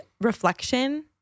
reflection